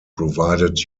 provided